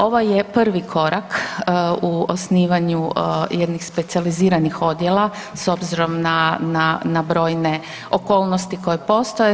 Ovo je prvi korak u osnivanju jednih specijaliziranih odjela s obzirom na, na brojne okolnosti koje postoje.